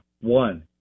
one